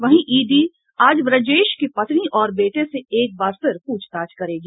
वहीं ईडी आज ब्रजेश की पत्नी और बेटे से एक बार फिर पूछताछ करेगी